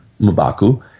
mubaku